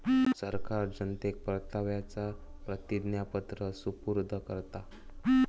सरकार जनतेक परताव्याचा प्रतिज्ञापत्र सुपूर्द करता